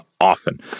often